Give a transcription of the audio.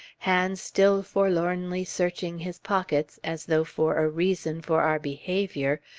hands still forlornly searching his pockets, as though for a reason for our behavior,